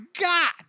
God